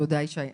תודה ישי.